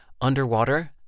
Underwater